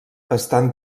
estan